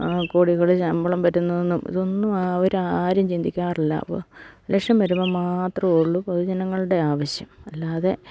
കോടികള് ശമ്പളം പറ്റുന്നതൊന്നും ഇതൊന്നും അവര് ആരും ചിന്തിക്കാറില്ല അപ്പം ഇലക്ഷൻ വരുമ്പോൾ മാത്രേ ഉള്ളു പൊതുജനങ്ങളുടെ ആവശ്യം അല്ലാതെ